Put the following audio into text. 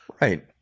Right